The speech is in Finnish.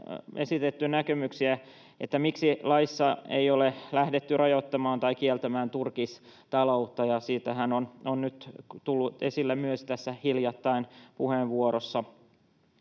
esitetty näkemyksiä, miksi laissa ei ole lähdetty rajoittamaan tai kieltämään turkistaloutta, ja sehän on nyt tullut esille tässä hiljattain puheenvuorossa.